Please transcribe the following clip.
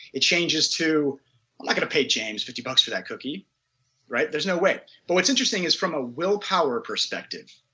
it changes to and like pay james fifty bucks for that cookie right? there is no way. but what's interesting is from a willpower perspective,